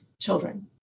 children